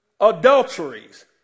adulteries